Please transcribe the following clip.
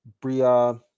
Bria